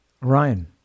Ryan